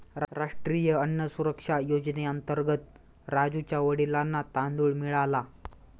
राष्ट्रीय अन्न सुरक्षा योजनेअंतर्गत राजुच्या वडिलांना तांदूळ मिळाला